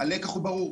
הלקח הוא ברור,